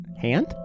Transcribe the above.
hand